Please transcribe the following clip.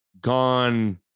gone